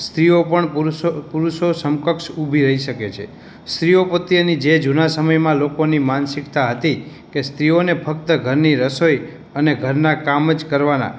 સ્ત્રીઓ પણ પુરુષો પુરુષો સમકક્ષ ઉભી રહી શકે છે સ્ત્રીઓ પ્રત્યેની જે જૂનાં સમયમાં જે લોકોની માનસિકતા હતી કે સ્ત્રીઓને ફક્ત ઘરની રસોઈ અને ઘરનાં કામ જ કરવાનાં